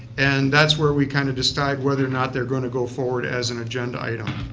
and that's where we kind of decide whether or not they're going to go forward as an agenda item.